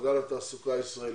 במעגל התעסוקה הישראלי.